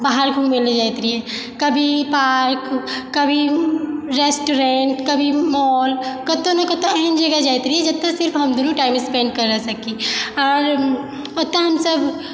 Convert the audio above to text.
बाहर घुमय लए जाइत रहियइ कभी पार्क कभी रेस्टोरेन्ट कभी मॉल कतहु ने कतहु एहन जगह जाइत रहियइ जेतऽ सिर्फ हम दुनू टाइम स्पैन्ड करऽ सकी आओर ओतऽ हमसब